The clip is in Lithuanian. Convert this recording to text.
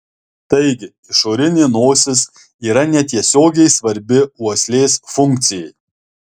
taigi išorinė nosis yra netiesiogiai svarbi uoslės funkcijai